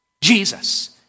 Jesus